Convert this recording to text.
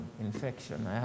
infection